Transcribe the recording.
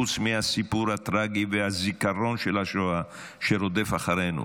חוץ מהסיפור הטרגי והזיכרון של השואה שרודף אחרינו,